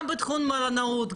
גם בתחום מלונאות,